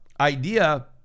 idea